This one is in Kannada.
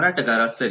ಮಾರಾಟಗಾರ ಸರಿ